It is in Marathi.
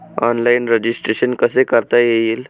ऑनलाईन रजिस्ट्रेशन कसे करता येईल?